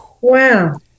Wow